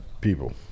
People